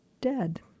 dead